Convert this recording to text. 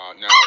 Now